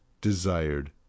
desired